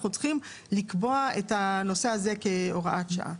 צריכים לקבוע את הנושא הזה כהוראת שעה.